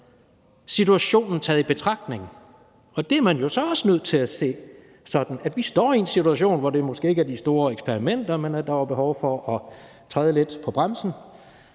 Situationen taget i betragtning – og man er jo også nødt til at se det sådan, at vi står i en situation, hvor det måske ikke er de store eksperimenter, der ligger for, men hvor der er behov for at træde lidt på bremsen